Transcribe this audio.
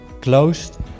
closed